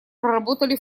проработали